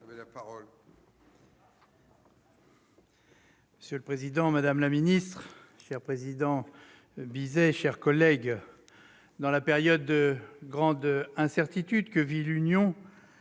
Monsieur le président, madame la ministre, mes chers collègues, dans la période de grande incertitude que vit l'Union,